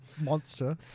monster